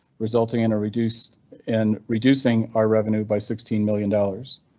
resulting in a reduced in reducing our revenue by sixteen million dollars.